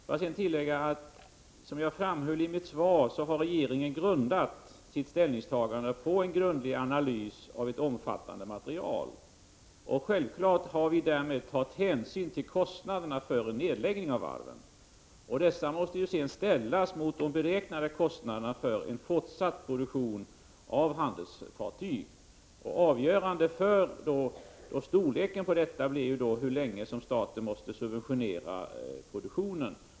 Får jag sedan tillägga att regeringen som jag framhöll i mitt svar har grundat sitt ställningstagande på en grundlig analys av ett omfattande material. Självfallet har vi därvid tagit hänsyn till kostnaderna för en nedläggning av varven. Dessa måste ställas mot de beräknade kostnaderna för en fortsatt produktion av handelsfartyg. Avgörande för storleken på stödet blir hur länge staten måste subventionera produktionen.